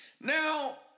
Now